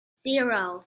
zero